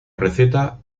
receta